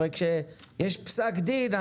הרי כשיש פסק דין,